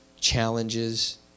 challenges